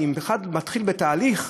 ואם אחד מתחיל בתהליך,